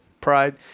pride